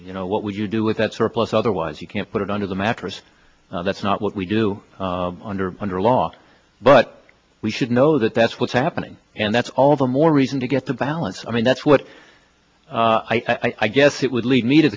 you know what would you do with that surplus otherwise you can't put it under the mattress that's not what we do under under law but we should know that that's what's happening and that's all the more reason to get to balance i mean that's what i guess it would lead me to